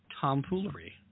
tomfoolery